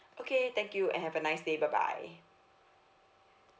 okay thank you and have a nice day bye bye